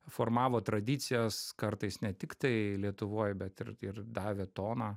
formavo tradicijas kartais ne tiktai lietuvoj bet ir ir davė toną